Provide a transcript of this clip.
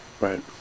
Right